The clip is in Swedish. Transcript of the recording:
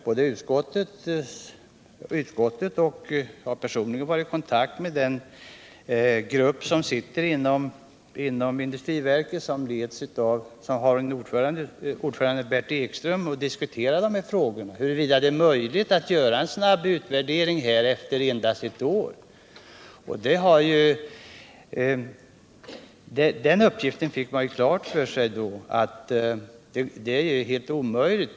Både utskottet som inhämtat upplysningar från industriverket och jag själv har varit i kontakt med ordföranden för den här gruppen inom industriverket, Bert Ekström, för att diskutera dessa frågor och få veta huruvida det är möjligt att göra en snabb utvärdering efter endast ett år. Men vi fick helt klart för oss att det är helt omöjligt.